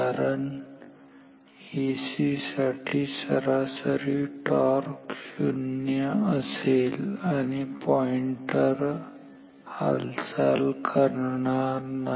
कारण एसी साठी सरासरी टॉर्क शून्य असेल आणि पॉईंटर हालचाल करणार नाही